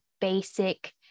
basic